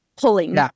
pulling